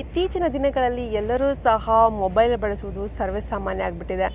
ಇತ್ತೀಚಿನ ದಿನಗಳಲ್ಲಿ ಎಲ್ಲರೂ ಸಹ ಮೊಬೈಲ್ ಬಳಸುವುದು ಸರ್ವೇ ಸಾಮಾನ್ಯ ಆಗಿಬಿಟ್ಟಿದೆ